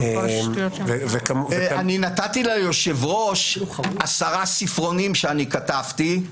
נתתי ליושב-ראש עשרה ספרונים שאני כתבתי.